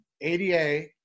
ADA